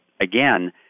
again